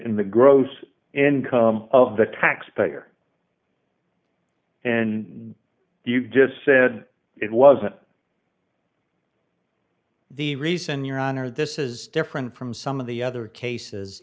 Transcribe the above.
in the gross income of the taxpayer and you just said it wasn't the reason your honor this is different from some of the other cases